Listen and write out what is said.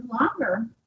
longer